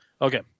Okay